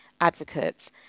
advocates